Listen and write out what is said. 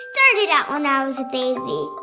started out when i was a baby.